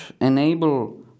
enable